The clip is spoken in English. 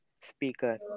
speaker